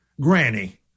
granny